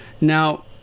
Now